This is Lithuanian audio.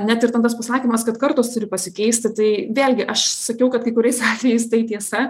net ir ten tas pasakymas kad kartos turi pasikeisti tai vėlgi aš sakiau kad kai kuriais atvejais tai tiesa